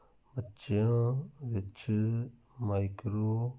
ਬੱਚਿਆਂ ਵਿੱਚ ਮਾਈਕ੍ਰੋ